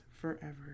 forever